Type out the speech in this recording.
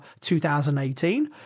2018